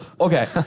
Okay